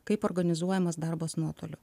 kaip organizuojamas darbas nuotoliu